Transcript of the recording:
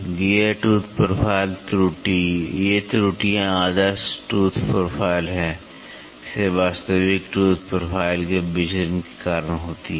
gear tooth profile त्रुटि ये त्रुटियां आदर्श टूथ प्रोफाइल से वास्तविक टूथ प्रोफाइल के विचलन के कारण होती हैं